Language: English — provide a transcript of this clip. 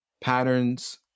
patterns